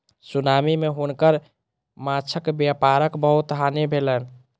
tsunami मे हुनकर माँछक व्यापारक बहुत हानि भेलैन